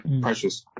Precious